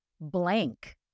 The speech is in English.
blank